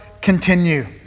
continue